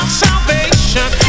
salvation